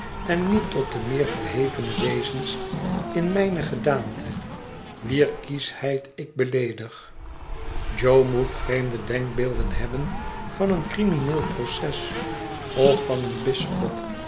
en niet tot de meer verhevene wezens in mijne gedaante wier kieschhëid ik beleedig i jo moet vreemde denkbeelden hebben van een crimineel proces of van een bisschop